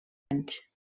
anys